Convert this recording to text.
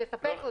שיספק אותה,